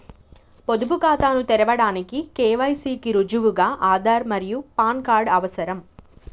పొదుపు ఖాతాను తెరవడానికి కే.వై.సి కి రుజువుగా ఆధార్ మరియు పాన్ కార్డ్ అవసరం